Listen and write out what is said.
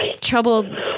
troubled